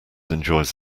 enjoys